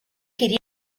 queria